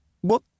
What